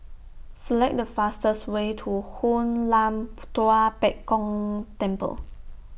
Select The fastest Way to Hoon Lam Tua Pek Kong Temple